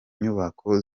nyubako